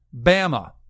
Bama